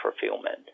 fulfillment